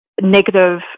negative